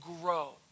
grow